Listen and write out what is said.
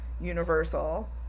Universal